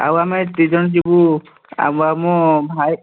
ଆଉ ଆମେ ଦୁଇ ଜଣ ଯିବୁ ଆଉ ମୋ ଭାଇ